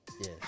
Yes